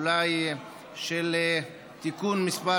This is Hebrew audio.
של תיקון מס'